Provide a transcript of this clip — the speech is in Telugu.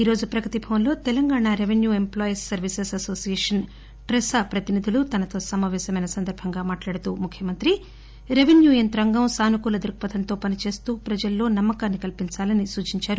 ఈరోజు ప్రగతి భవన్ లో Telangana revenue employees services association TRESA ప్రతినిధులు తనతో సమాపేశమైన సందర్భంగా మాట్లాడుతూ ముఖ్యమంత్రి రెపెన్యూ యంత్రాంగం సానుకూల దృక్సథంతో పనిచేస్తూ ప్రజల్లో ఒక నమ్మకాన్ని కల్పించాలని సూచించారు